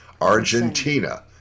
Argentina